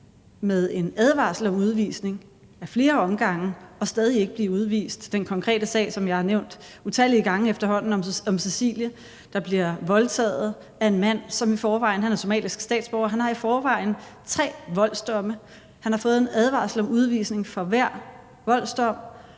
med en advarsel om udvisning ad flere omgange og stadig ikke blive udvist? Altså, det er den konkrete sag, som jeg har nævnt utallige gange efterhånden, om Cecilie, der bliver voldtaget af en mand, der er somalisk statsborger, og han har i forvejen tre voldsdomme, han har fået en advarsel om udvisning for hver voldsdom,